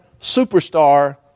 superstar